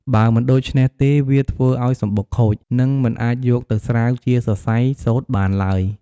បើមិនដូច្នេះទេវាធ្វើឱ្យសំបុកខូច នឹងមិនអាចយកទៅស្រាវជាសរសៃសូត្របានឡើយ។